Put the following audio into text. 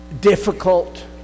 difficult